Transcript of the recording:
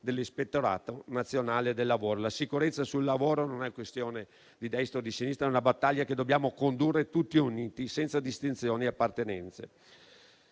dell'Ispettorato nazionale del lavoro. La sicurezza sul lavoro non è questione di destra o di sinistra, è una battaglia che dobbiamo condurre tutti uniti, senza distinzioni né appartenenze.